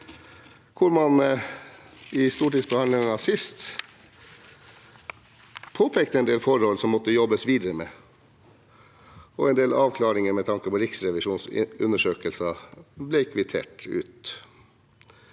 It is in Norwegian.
hvor man i stortingsbehandlingen sist påpekte en del forhold som måtte jobbes videre med. En del avklaringer med tanke på Riksrevisjonens undersøkelser ble også kvittert ut.